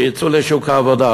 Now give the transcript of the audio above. שיצאו לשוק העבודה.